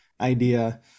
idea